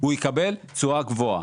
והתשואה תהיה גבוהה.